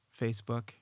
Facebook